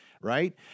Right